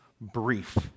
brief